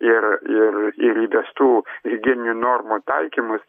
ir ir gyvybės tų ribinių normų taikymas